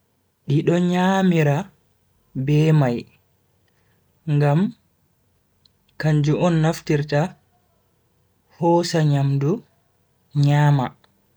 Di do nyamira be mai. Ngam kanjum on naftirta hosa nyamdu nyama.